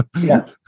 Yes